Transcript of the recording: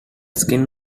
skin